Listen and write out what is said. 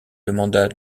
demanda